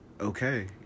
okay